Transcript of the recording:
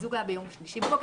המיזוג היה ביום שלישי בבוקר.